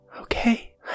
Okay